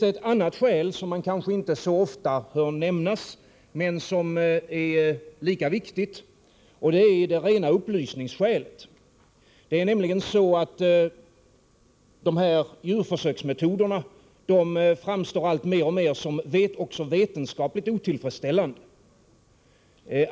Ett annat skäl som man kanske inte så ofta hör nämnas men som är lika viktigt är det rena upplysningsskälet. De här djurförsöksmetoderna framstår nämligen mer och mer som också vetenskapligt otillfredsställande.